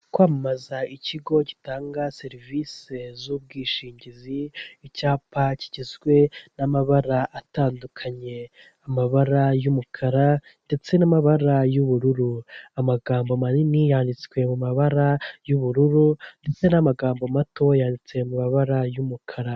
Kwamamaza ikigo gitanga serivisi z'ubwishingizi, icyapa kigizwe n'amabara atandukanye, amabara y'umukara ndetse n'amabara y'ubururu, amagambo manini yanditswe mu mabara y'ubururu ndetse n'amagambo mato yanditse mabara y'umukara.